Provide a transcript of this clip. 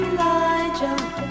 Elijah